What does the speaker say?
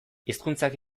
hizkuntzak